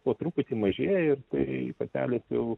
po truputį mažėja ir tai patelės jau